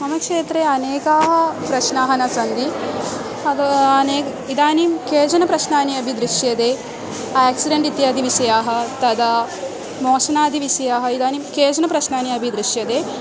मम क्षेत्रे अनेकाः प्रश्नाः न सन्ति अतः अनेकः इदानीं केचन प्रश्नानि अपि दृश्यन्ते आक्सिडेण्ट् इत्यादिविषयाः तदा मोचनादिविषयाः इदानीं केचन प्रश्नानि अपि दृश्यन्ते